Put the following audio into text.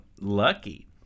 lucky